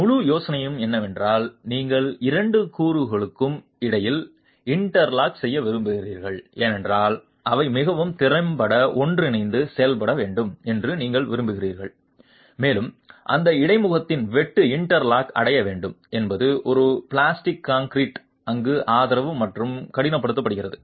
முழு யோசனையும் என்னவென்றால் நீங்கள் இரண்டு கூறுகளுக்கும் இடையில் இன்டர்லாக் செய்ய விரும்புகிறீர்கள் ஏனென்றால் அவை மிகவும் திறம்பட ஒன்றிணைந்து செயல்பட வேண்டும் என்று நீங்கள் விரும்புகிறீர்கள் மேலும் அந்த இடைமுகத்தில் வெட்டு இன்டர்லாக் அடைய வேண்டும் என்பது ஒரு பிளாஸ்டிக் கான்கிரீட் அங்கு ஆதரவு மற்றும் கடினப்படுத்துகிறது